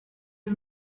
you